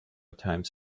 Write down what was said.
times